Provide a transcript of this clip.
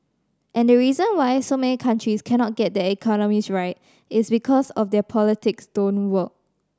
and the reason why so many countries cannot get their economies right it's because their politics don't work